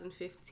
2015